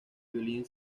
violín